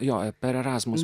joje per erasmus